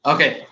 Okay